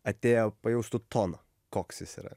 atėję pajaustų toną koks jis yra